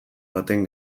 baten